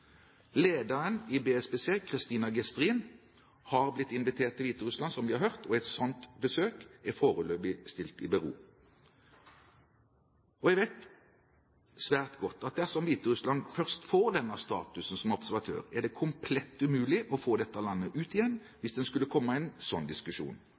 Lederen i BSPC, Christina Gestrin, har blitt invitert til Hviterussland, som vi har hørt, og et sånt besøk er foreløpig stilt i bero. Jeg vet svært godt at dersom Hviterussland først får denne statusen som observatør, er det komplett umulig å få dette landet ut igjen, hvis en skulle komme i en sånn diskusjon.